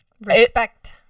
Respect